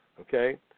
Okay